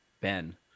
ben